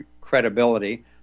credibility